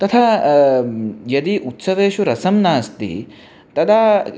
तथा यदि उत्सवेषु रसः नास्ति तदा